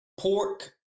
Pork